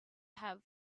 have